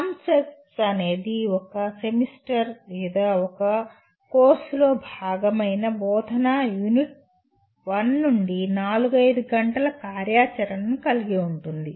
context అనేది ఒక semester course లేదా ఒక కోర్సులో భాగమైన బోధనా యూనిట్ 1 నుండి 4 5 గంటల కార్యాచరణను కలిగి ఉంటుంది